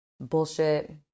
bullshit